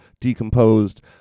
decomposed